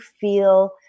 feel